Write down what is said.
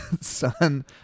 son